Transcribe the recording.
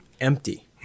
empty